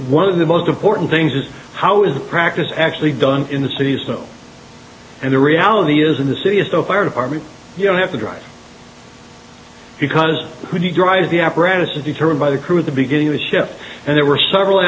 one of the most important things is how is the practice actually done in the cities and the reality is in the city is the fire department you don't have to drive because when you drive the apparatus is determined by the crew at the beginning of the ship and there were several